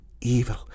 evil